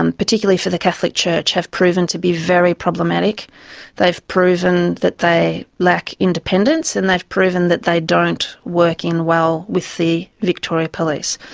um particularly for the catholic church, have proven to be very problematic they've proven that they lack independence and they've proven that they don't work in well with the victoria police.